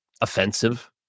offensive